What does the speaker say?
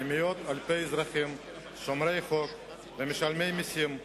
למאות אלפי אזרחים שומרי חוק ומשלמי מסים,